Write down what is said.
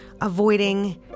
avoiding